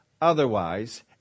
otherwise